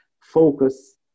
focus